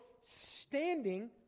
standing